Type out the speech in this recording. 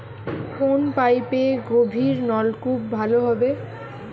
কোন পাইপে গভিরনলকুপ ভালো হবে?